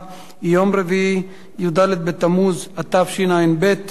בעד, 8, אין מתנגדים.